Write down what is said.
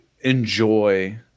enjoy